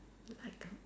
like uh